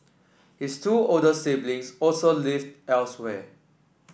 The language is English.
his two older siblings also live elsewhere